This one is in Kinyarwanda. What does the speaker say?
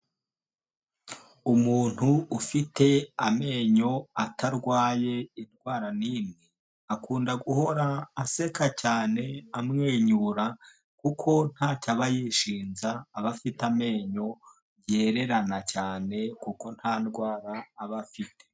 Umuntu ufite amenyo atarwaye indwara n'imwe, akunda guhora aseka cyane, amwenyura kuko ntacyo aba yishinja, aba afite amenyo yererana cyane kuko nta ndwara aba afite.